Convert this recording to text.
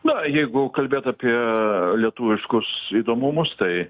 na jeigu kalbėt apie lietuviškus įdomumus tai